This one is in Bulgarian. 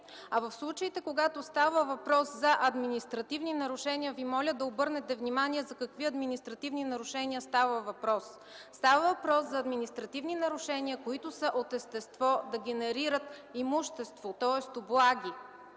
А в случаите, когато става въпрос за административни нарушения, Ви моля да обърнете внимание за какви административни нарушения става въпрос. Става въпрос за административни нарушения, които са от естество да генерират имущество, тоест облаги.